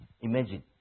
Imagine